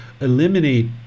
eliminate